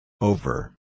Over